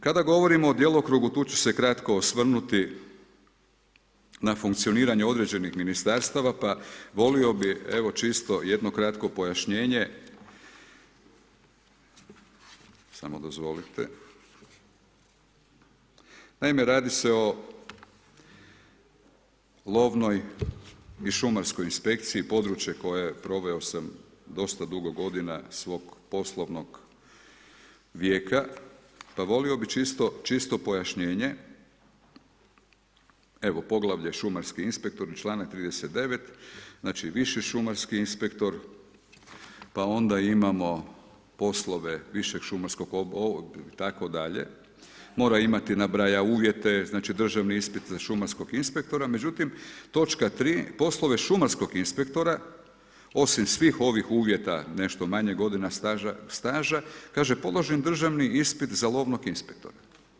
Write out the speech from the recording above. Kada govorimo o djelokrugu, tu ću se kratko osvrnuti na funkcioniranje određenih ministarstava pa volio bih evo čisto jedno kratko pojašnjenje, samo dozvolite, naime radi se o lovnoj i šumarskoj inspekciji, područje koje proveo sam dosta dugo godina svog poslovnog vijeka pa volio bih čisto pojašnjenje, evo poglavlje šumarski inspektor, članak 39. znači viši šumarski inspektor pa onda imamo poslove višeg šumarskog itd. mora imati, nabraja uvjete, znači državni ispit za šumarskog inspektora, međutim točka 3 poslove šumarskog inspektora, osim svih ovih uvjeta nešto manje godina staža, kaže položen državni ispit za lovnog inspektora.